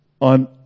On